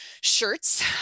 shirts